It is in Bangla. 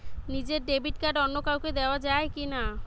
নিজের ডেবিট কার্ড অন্য কাউকে দেওয়া যায় কি না?